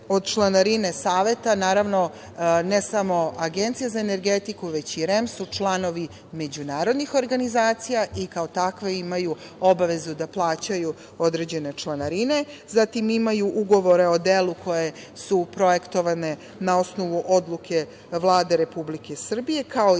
od članarine Saveta. Naravno, ne samo Agencija za energetiku, već i REM su članovi međunarodnih organizacija i kao takve imaju obavezu da plaćaju određene članarine. Zatim, imaju ugovore o delu koji su projektovani na osnovu odluke Vlade Republike Srbije, kao i